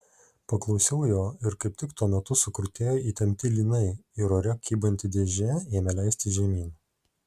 paklausiau jo ir kaip tik tuo metu sukrutėjo įtempti lynai ir ore kybanti dėžė ėmė leistis žemyn